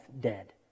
dead